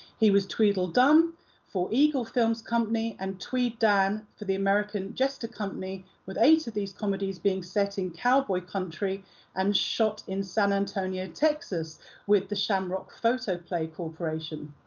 he was tweedledum for eagle films company and twede-dan for the american jester company, with eight of these comedies being set in cowboy country and shot in san antonio texas with the shamrock photoplay corporation.